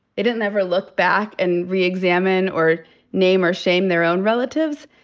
they didn't ever look back and reexamine or name or shame their own relatives.